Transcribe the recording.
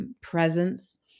Presence